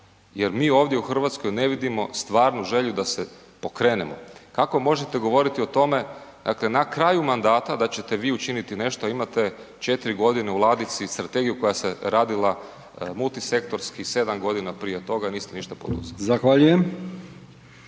jer mi ovdje u Hrvatskoj ne vidimo stvarnu želju da se pokrenemo. Kako možete govoriti o tome, dakle na kraju mandata da ćete vi učiniti nešto, imate 4 godine u ladici strategiju koja se radi multisektorski 7 godina prije toga, niste ništa poduzeli. **Brkić,